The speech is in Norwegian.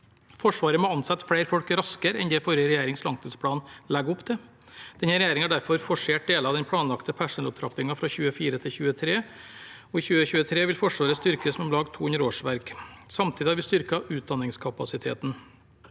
Forsvaret må ansette flere folk raskere enn det forrige regjerings langtidsplan legger opp til. Denne regjeringen har derfor forsert deler av den planlagte personellopptrappingen fra 2024 til 2023, og i 2023 vil Forsvaret styrkes med om lag 200 årsverk. Samtidig har vi styrket utdanningskapasiteten.